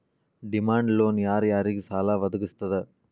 Demand loan ಯಾರ್ ಯಾರಿಗ್ ಸಾಲಾ ವದ್ಗಸ್ತದ?